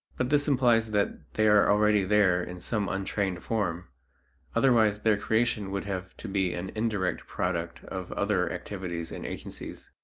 but this implies that they are already there in some untrained form otherwise their creation would have to be an indirect product of other activities and agencies.